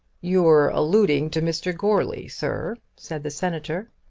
you're alluding to mr. goarly, sir? said the senator.